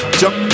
jump